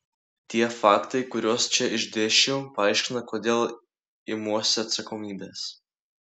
tie faktai kuriuos čia išdėsčiau paaiškina kodėl imuosi atsakomybės